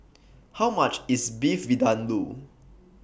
How much IS Beef Vindaloo